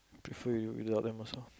prefer you without them also